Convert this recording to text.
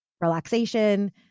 relaxation